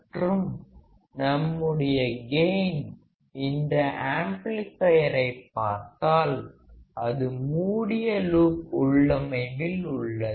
மற்றும் நம்முடைய கெயின் இந்த ஆம்ப்ளிபையரைப் பார்த்தால் அது மூடிய லூப் உள்ளமைவில் உள்ளது